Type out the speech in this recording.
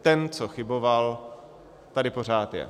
Ten, co chyboval, tady pořád je.